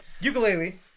Ukulele